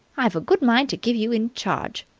i've a good mind to give you in charge!